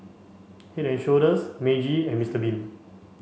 Head and Shoulders Meiji and Mistr bean